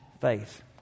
faith